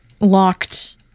locked